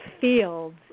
fields